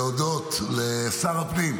להודות לשר הפנים,